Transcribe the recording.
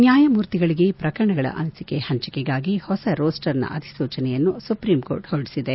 ನ್ನಾಯಮೂರ್ತಿಗಳಿಗೆ ಪ್ರಕರಣಗಳ ಹಂಚಿಕೆಗಾಗಿ ಹೊಸ ರೋಸ್ಗರ್ನ ಅಧಿಸೂಚನೆಯನ್ನು ಸುಪ್ರೀಂಕೋರ್ಟ್ ಹೊರಡಿಸಿದೆ